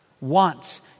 wants